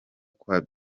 kwa